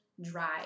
dry